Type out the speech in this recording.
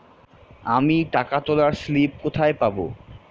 আমি টাকা তোলার স্লিপ কোথায় পাবো?